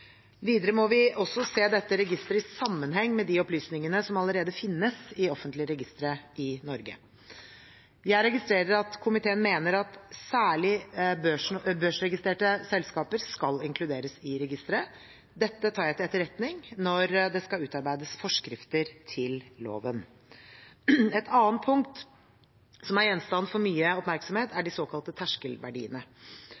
Videre må vi også se dette registeret i sammenheng med de opplysningene som allerede finnes i offentlige registre i Norge. Jeg registrerer at komiteen mener at særlig børsregistrerte selskaper skal inkluderes i registeret. Dette tar jeg til etterretning når det skal utarbeides forskrifter til loven. Et annet punkt som er gjenstand for mye oppmerksomhet, er